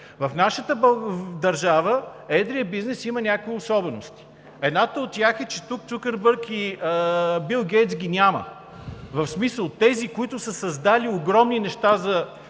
В нашата държава едрият бизнес има някои особености. Едната от тях е, че тук Цукърбърг и Бил Гейтс ги няма. В смисъл, тези, които са създали огромни неща за